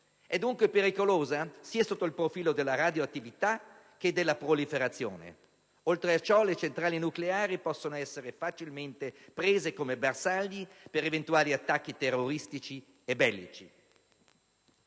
è dunque pericolosa sia sotto il profilo della radioattività che della proliferazione. Oltre a ciò, le centrali nucleari possono essere facilmente prese come bersagli per eventuali attacchi terroristici e bellici.